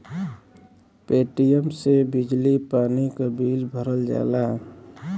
Paytm से बिजली पानी क बिल भरल जाला